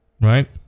Right